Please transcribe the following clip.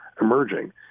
emerging